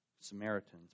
Samaritans